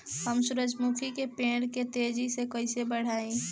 हम सुरुजमुखी के पेड़ के तेजी से कईसे बढ़ाई?